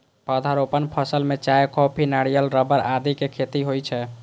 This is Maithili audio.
पौधारोपण फसल मे चाय, कॉफी, नारियल, रबड़ आदिक खेती होइ छै